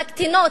מהקטינות,